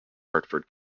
hartford